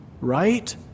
Right